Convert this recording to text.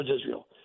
Israel